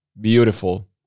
beautiful